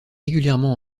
régulièrement